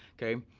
kay?